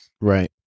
Right